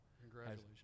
Congratulations